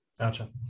Gotcha